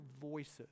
voices